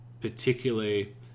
particularly